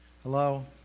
Hello